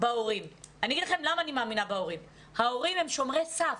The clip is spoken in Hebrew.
בהורים כי ההורים הם שומרי סף,